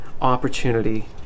opportunity